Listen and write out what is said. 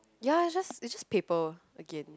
ya it's just it's just paper again